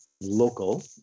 local